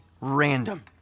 random